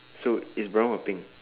so it's brown or pink